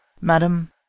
madam